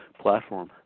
platform